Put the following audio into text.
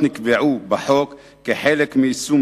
בבקשה, חבר